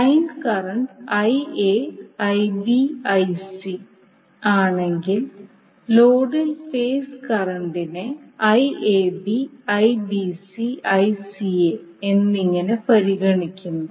line current Ia Ib Ic ആണെങ്കിൽ ലോഡിൽ phase കറന്റിനെ എന്നിങ്ങനെ പരിഗണിക്കുന്നു